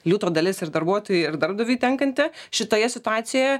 liūto dalis ir darbuotojui ir darbdaviui tenkanti šitoje situacijoje